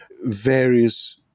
Various